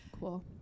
Cool